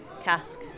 Cask